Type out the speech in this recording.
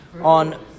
on